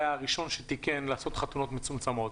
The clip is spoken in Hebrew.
גור היה הראשון שתיקן לעשות חתונות מצומצמות,